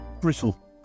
brittle